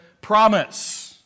promise